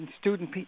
student